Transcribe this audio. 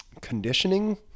conditioning